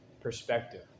perspective